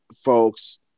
folks